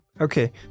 Okay